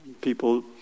people